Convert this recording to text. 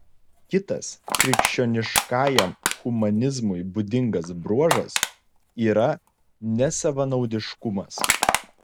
kitas krikščioniškajam humanizmui būdingas bruožas yra nesavanaudiškumas